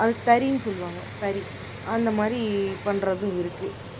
அது தறின்னு சொல்லுவாங்க தறி அந்தமாதிரி பண்ணுறதும் இருக்குது